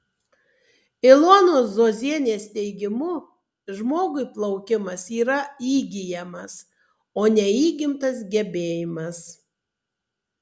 ilonos zuozienės teigimu žmogui plaukimas yra įgyjamas o ne įgimtas gebėjimas